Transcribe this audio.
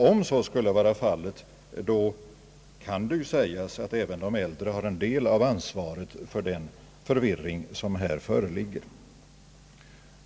Om så skulle vara fallet, kan man ju säga att även de äldre har en del av ansvaret för den förvirring som här föreligger.